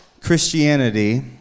Christianity